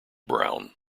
brown